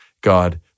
God